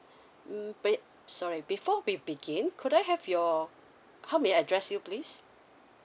mm be~ sorry before we begin could I have your how may I address you please